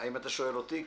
אם אתה שואל אותי,